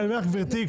גברתי,